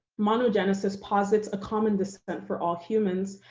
monogenesis posits a common descent for all humans.